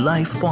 Life